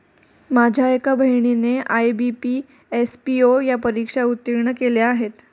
माझ्या एका बहिणीने आय.बी.पी, एस.पी.ओ या परीक्षा उत्तीर्ण केल्या आहेत